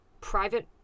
private